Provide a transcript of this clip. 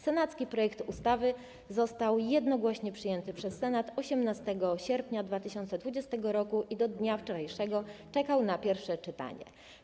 Senacki projekt ustawy został jednogłośnie przyjęty przez Senat 18 sierpnia 2020 r. i do dnia wczorajszego czekał na pierwsze czytanie.